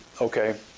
okay